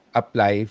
apply